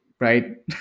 right